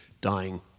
dying